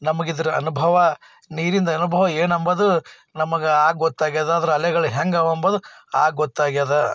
ನಮಗಿದರ ಅನುಭವ ನೀರಿಂದು ಅನುಭವ ಏನಂಬೋದು ನಮ್ಗೆ ಆಗ ಗೊತ್ತಾಗಿದೆ ಅದರ ಅಲೆಗಳು ಹೆಂಗಿವ ಅಂಬೋದು ಆಗ ಗೊತ್ತಾಗಿದೆ